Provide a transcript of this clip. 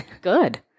Good